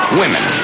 women